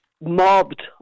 mobbed